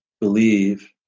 believe